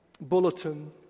bulletin